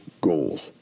goals